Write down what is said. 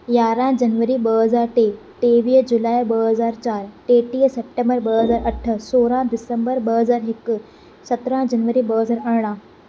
यारहां जनवरी ॿ हज़ार टे टेवीह जुलाई ॿ हज़ार चारि टेटीह सेप्टेंबर ॿ हज़ार अठ सोरहां डिसेंबर ॿ हज़ार हिकु सत्रहां जनवरी ॿ हज़ार अरिड़हां